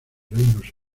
reinos